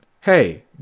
hey